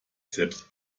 selbst